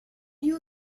you